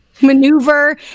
Maneuver